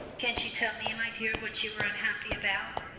can't you tell me, my dear, what you are unhappy about?